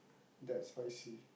that spicy